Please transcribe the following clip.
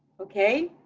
okay,